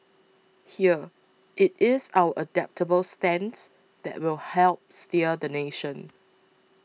here it is our adaptable stance that will help steer the nation